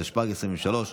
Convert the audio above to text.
התשפ"ג 2023,